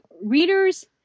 readers